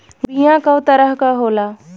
बीया कव तरह क होला?